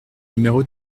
numéro